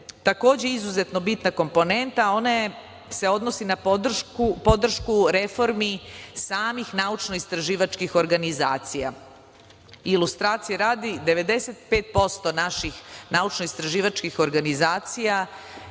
takođe izuzetno bitna komponenta. Ona se odnosi na podršku reformi samih naučno-istraživačkih organizacija. Ilustracije radi, 95% naših naučno-istraživačkih organizacija